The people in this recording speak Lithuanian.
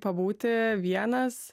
pabūti vienas